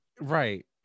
Right